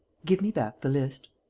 give me back the list.